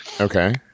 Okay